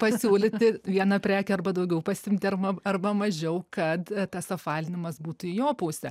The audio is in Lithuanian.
pasiūlyti vieną prekę arba daugiau pasiimti arba arba mažiau kad tas apvalinimas būtų į jo pusę